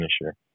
finisher